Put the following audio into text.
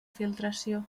filtració